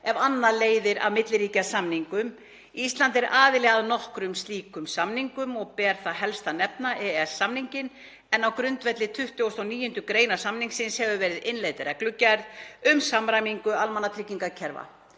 ef annað leiðir af milliríkjasamningum. Ísland er aðili að nokkrum slíkum milliríkjasamningum. Ber þar helst að nefna EES-samninginn, en á grundvelli 29. gr. samningsins hefur verið innleidd reglugerð um samræmingu almannatryggingakerfa